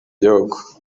gihugu